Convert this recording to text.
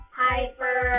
hyper